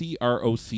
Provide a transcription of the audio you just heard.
CROC